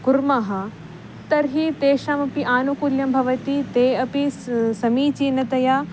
कुर्मः तर्हि तेषामपि आनुकूल्यं भवति ते अपि स् समीचीनतया